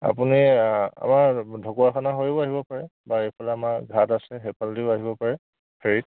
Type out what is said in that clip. আপুনি ঢকুৱাখানা হৈও আহিব পাৰে বা এইফালে আমাৰ ঘাট আছে সেইফালেদিও আহিব পাৰে ফেৰিত